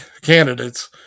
candidates